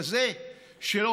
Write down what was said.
ככזה שלא